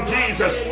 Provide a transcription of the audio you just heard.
Jesus